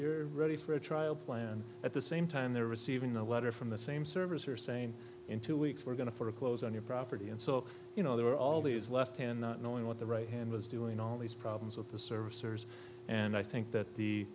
you're ready for a trial plan at the same time they're receiving a letter from the same service or same in two weeks we're going to foreclose on your property and so you know there are all these left hand not knowing what the right hand was doing all these problems with the service or and i think that the